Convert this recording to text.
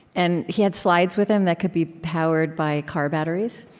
and he had slides with him that could be powered by car batteries.